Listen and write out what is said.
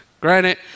Granted